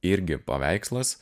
irgi paveikslas